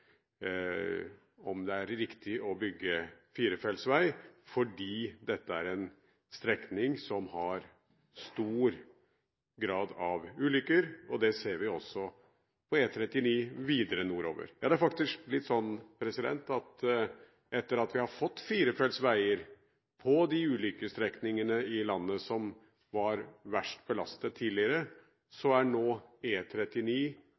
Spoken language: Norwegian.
om en spesiell veistrekning, og om det er riktig å bygge firefeltsvei, fordi dette er en strekning som har stor grad av ulykker. Det ser vi også på E39 videre nordover. Det er faktisk litt sånn at etter at vi har fått firefeltsveier på de ulykkesstrekningene i landet som var verst belastet tidligere,